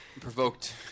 Provoked